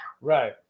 Right